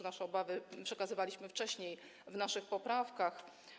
Nasze obawy przekazywaliśmy już wcześniej w naszych poprawkach.